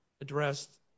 addressed